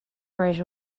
right